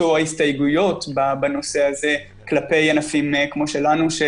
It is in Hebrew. או ההתייחסויות בנושא הזה כלפי ענפים כמו שלנו,